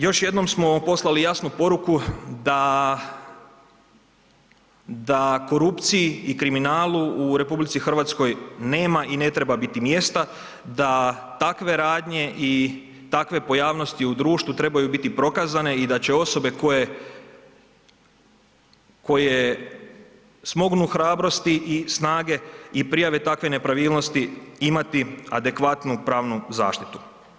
Još jednom smo poslali jasnu poruku da, da korupciji i kriminalu u RH nema i ne treba biti mjesta, da takve radnje i takve pojavnosti u društvu trebaju biti prokazane i da će osobe koje, koje smognu hrabrosti i snage i prijave takve nepravilnosti imati adekvatnu pravnu zaštitu.